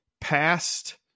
past